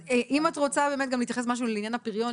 אז אם את רוצה באמת גם להתייחס משהו לעניין הפריון,